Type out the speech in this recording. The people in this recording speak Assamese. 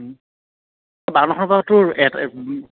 বাৱন্ন খনৰ পৰা তোৰ